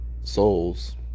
souls